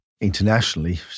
internationally